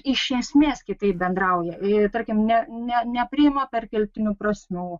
iš esmės kitaip bendrauja ir tarkim ne ne nepriima perkeltinių prasmių